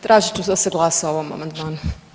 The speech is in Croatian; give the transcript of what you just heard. Tražit ću da se glasa o ovom amandmanu.